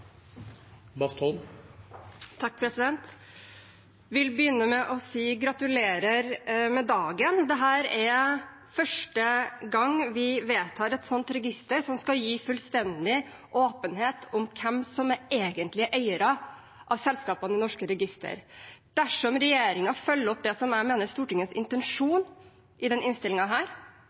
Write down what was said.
første gang vi vedtar et sånt register, som skal gi fullstendig åpenhet om hvem som er egentlige eiere av selskapene i norske registre. Dersom regjeringen følger opp det jeg mener er Stortingets intensjon i